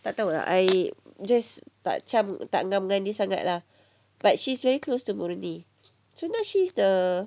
tak tahu ah I just tak cam tak ngam dengan dia sangat lah but she's very close to murni so now she's the